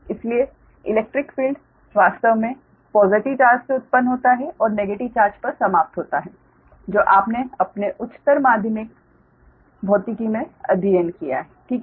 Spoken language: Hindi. इसलिए इलेक्ट्रिक फील्ड वास्तव में पॉज़िटिव चार्ज से उत्पन्न होता है और नेगेटिव चार्ज पर समाप्त होता है जो आपने अपने उच्चतर माध्यमिक भौतिकी में अध्ययन किया है ठीक हैं